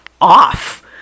off